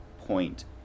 point